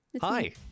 Hi